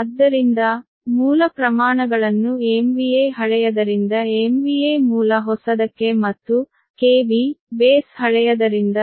ಆದ್ದರಿಂದ ಮೂಲ ಪ್ರಮಾಣಗಳನ್ನು MVA ಹಳೆಯದರಿಂದ MVA ಮೂಲ ಹೊಸದಕ್ಕೆ ಮತ್ತು B ಹಳೆಯದರಿಂದ